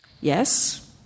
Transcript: yes